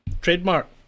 Trademark